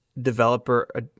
developer